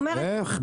איך?